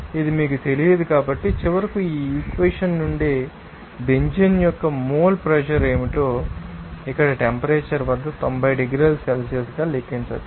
ఇది మీకు తెలియదు కాబట్టి చివరకు ఈ ఈక్వెషన్ నుండి బెంజీన్ యొక్క మోల్ ప్రెజర్ ఏమిటో ఇక్కడ టెంపరేచర్ వద్ద 90 డిగ్రీల సెల్సియస్ గా లెక్కించవచ్చు